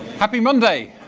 happy monday.